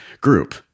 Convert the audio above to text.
group